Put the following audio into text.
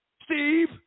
Steve